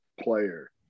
player